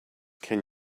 can